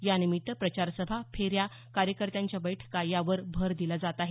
यानिमित्त प्रचार सभा फेऱ्या कार्यकर्त्यांच्या बैठका यावर भर दिला जात आहे